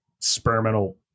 experimental